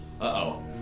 Uh-oh